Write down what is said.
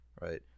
right